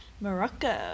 Morocco